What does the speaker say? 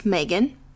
Megan